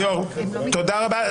ליאור, תודה רבה.